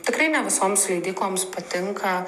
tikrai ne visoms leidykloms patinka